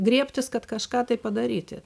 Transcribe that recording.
griebtis kad kažką tai padaryti